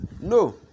No